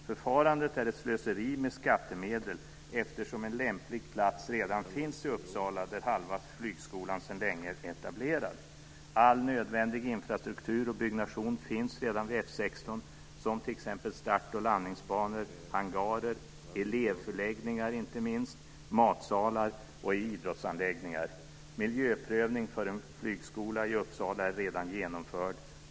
Förfarandet är ett slöseri med skattemedel eftersom en lämplig plats redan finns i Uppsala, där halva flygskolan sedan länge är etablerad. All nödvändig infrastruktur och byggnation finns redan vid F 16, t.ex. start och landningsbanor, hangarer, elevförläggningar inte minst, matsalar och idrottsanläggningar. Miljöprövning för en flygskola i Uppsala är redan genomförd.